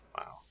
Wow